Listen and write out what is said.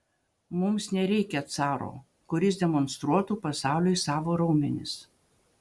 mums nereikia caro kuris demonstruotų pasauliui savo raumenis